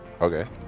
Okay